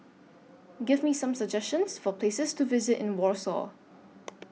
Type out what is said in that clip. Give Me Some suggestions For Places to visit in Warsaw